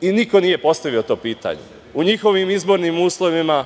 i niko nije postavio to pitanje.U njihovim izbornim uslovima,